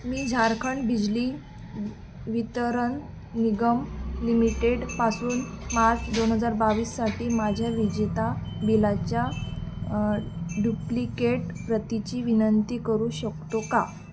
मी झारखंड बिजली वितरण निगम लिमिटेडपासून मार्च दोन हजार बावीससाठी माझ्या विजेता बिलाच्या डुप्लिकेट प्रतीची विनंती करू शकतो का